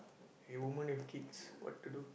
a woman with kids what to do